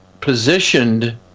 positioned